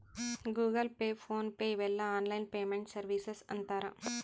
Google Pay PhonePe ಇವೆಲ್ಲ online payment services ಅಂತರ್